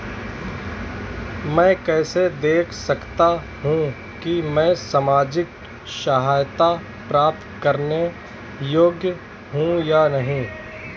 मैं कैसे देख सकता हूं कि मैं सामाजिक सहायता प्राप्त करने योग्य हूं या नहीं?